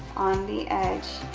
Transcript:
on the edge